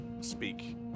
speak